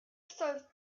stood